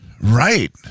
Right